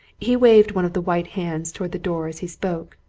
he waved one of the white hands towards the door as he spoke,